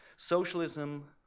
Socialism